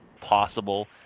possible